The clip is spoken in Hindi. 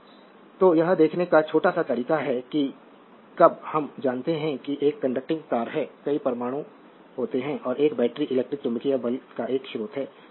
स्लाइड समय देखें 1725 तो यह देखने का छोटा सा तरीका है कि कब हम जानते हैं कि एक कंडक्टिंग तार में कई परमाणु होते हैं और एक बैटरी इलेक्ट्रिक चुम्बकीय बल का एक स्रोत है